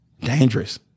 Dangerous